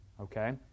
okay